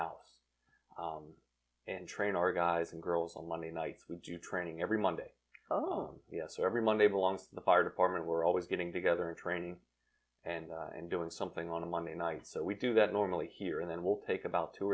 house and train our guys and girls on monday nights and do training every monday oh yes every monday belong to the fire department we're always getting together and training and and doing something on monday night so we do that normally here and then we'll take about two